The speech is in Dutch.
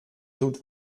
zoet